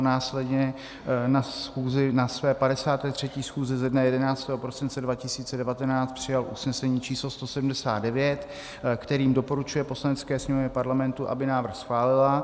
Následně na své 53. schůzi ze dne 11. prosince 2019 přijal usnesení číslo 179, kterým doporučuje Poslanecké sněmovně Parlamentu, aby návrh schválila.